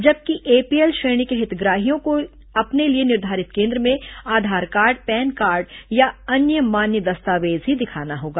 जबकि एपीएल श्रेणी के हितग्राहियों को अपने लिए निर्धारित केन्द्र में आधार कार्ड पैन कार्ड या अन्य मान्य दस्तावेज ही दिखाना होगा